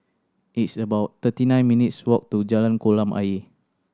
it's about thirty nine minutes' walk to Jalan Kolam Ayer